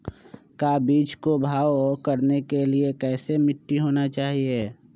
का बीज को भाव करने के लिए कैसा मिट्टी होना चाहिए?